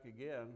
again